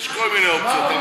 יש כל מיני אופציות,